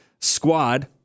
squad